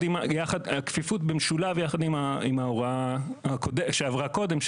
הכפיפות במשולב עם ההוראה שעברה קודם,